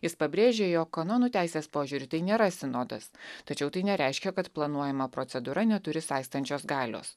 jis pabrėžė jog kanonų teisės požiūriu tai nėra sinodas tačiau tai nereiškia kad planuojama procedūra neturi saistančios galios